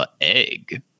egg